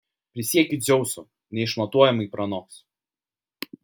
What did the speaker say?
prisiekiu dzeusu neišmatuojamai pranoks